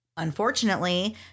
Unfortunately